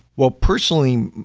well, personally,